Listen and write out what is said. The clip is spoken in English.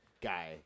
guy